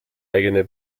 eigene